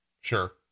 Sure